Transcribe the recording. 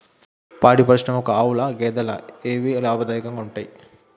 పాడి పరిశ్రమకు ఆవుల, గేదెల ఏవి లాభదాయకంగా ఉంటయ్?